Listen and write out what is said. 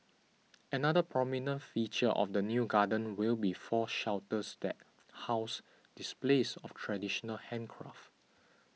another prominent feature of the new garden will be four shelters that house displays of traditional handicraft